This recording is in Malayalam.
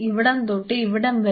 ഇവിടം തൊട്ട് ഇവിടം വരെ